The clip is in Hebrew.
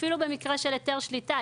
אפילו במקרים של היתר שליטה,